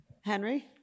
Henry